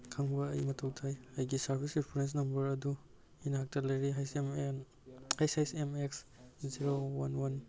ꯈꯪꯕ ꯑꯩ ꯃꯊꯧ ꯇꯥꯏ ꯑꯩꯒꯤ ꯁꯥꯔꯕꯤꯁ ꯔꯤꯐ꯭ꯔꯦꯟꯁ ꯅꯝꯕꯔ ꯑꯗꯨ ꯏꯅꯥꯛꯇ ꯂꯩꯔꯦ H M M H S M X zero one one